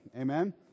Amen